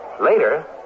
Later